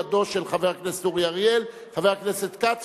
ידו של חבר הכנסת אורי אריאל וחבר הכנסת כץ